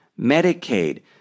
Medicaid